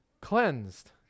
cleansed